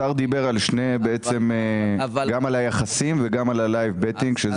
השר דיבר גם על היחסים וגם על ה-לייב בטינג.